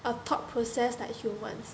a thought process like humans